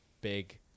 big